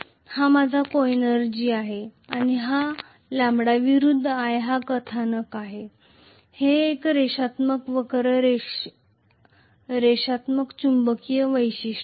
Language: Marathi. ही माझी सहऊर्जा को एनर्जी आहे आणि λ विरुद्ध i हा कथानक आहे आणि हे एक रेषात्मक वक्र रेषात्मक चुंबकीय वैशिष्ट्य आहे